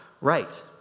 right